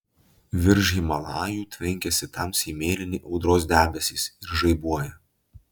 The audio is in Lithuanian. virš himalajų tvenkiasi tamsiai mėlyni audros debesys ir žaibuoja